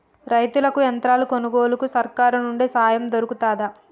రైతులకి యంత్రాలు కొనుగోలుకు సర్కారు నుండి సాయం దొరుకుతదా?